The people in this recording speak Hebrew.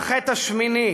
והחטא השמיני